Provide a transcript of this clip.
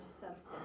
substance